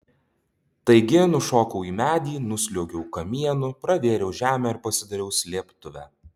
taigi nušokau į medį nusliuogiau kamienu pravėriau žemę ir pasidariau slėptuvę